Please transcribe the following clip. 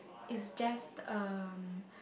is just um